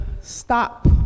stop